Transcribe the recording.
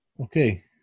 Okay